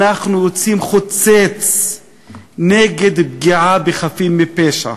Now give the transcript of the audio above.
אנחנו יוצאים חוצץ נגד פגיעה בחפים מפשע,